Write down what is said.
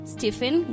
Stephen